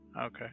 Okay